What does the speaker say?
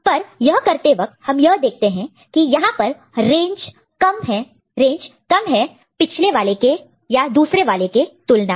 पर यह करते वक्त हम यह देखते हैं कि यहां पर रेंज कम है पिछले वाले के तुलना में